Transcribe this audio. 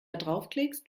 draufklickst